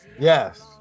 Yes